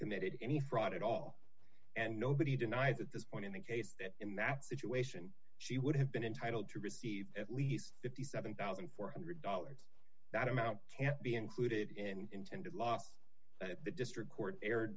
committed any fraud at all and nobody denies at this point in the case that in that situation she would have been entitled to receive at least fifty seven thousand four hundred dollars that amount can't be included in intended last the district court